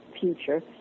future